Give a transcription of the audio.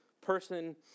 person